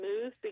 smooth